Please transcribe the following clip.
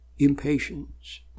impatience